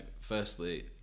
firstly